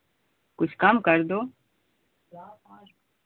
कुछ कम कर दो